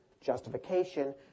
justification